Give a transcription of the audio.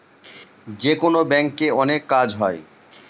যেকোনো ব্যাঙ্কে অনেক কাজ হয়